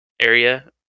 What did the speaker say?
area